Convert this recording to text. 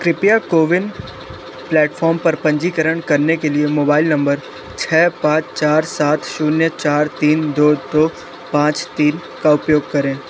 कृपया कोविन प्लेटफॉर्म पर पंजीकरण करने के लिए मोबाइल नंबर छः पाँच चार सात शून्य चार तीन दो दो पाँच तीन का उपयोग करें